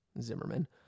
Zimmerman